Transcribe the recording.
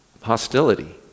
hostility